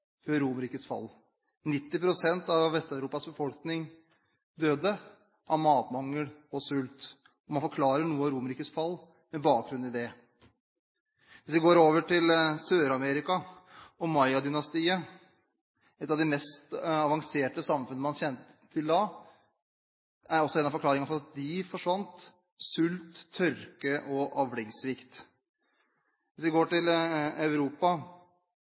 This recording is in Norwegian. Romerrikets fall. Det var en enorm sultkatastrofe før Romerriket falt. 90 pst. av Vest-Europas befolkning døde av matmangel og sult. Noe av Romerrikets fall forklares med bakgrunn i dette. Hvis vi går over til Sør-Amerika og Maya-sivilisasjonen, et av de mest avanserte samfunn man da kjente til, er også en av forklaringene på hvorfor de forsvant, sult, tørke og avlingssvikt. Hvis vi går til Europa